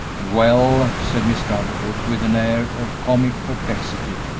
well, said mr. underwood, with an air of comic perplexity,